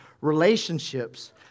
relationships